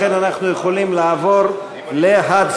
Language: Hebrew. לכן אנחנו יכולים לעבור להצבעה.